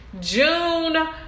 June